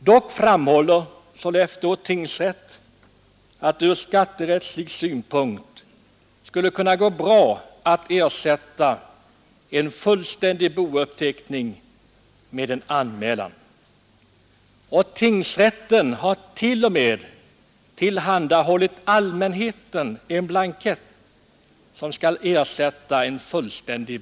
Dock framhåller Sollefteå tingsrätt att det ur skatterättslig synpunkt skulle gå bra att ersätta en fullständig bouppteckning med en anmälan. Tingsrätten har t.o.m. tillhandahållit allmänheten en blankett som skall ersätta en Herr talman!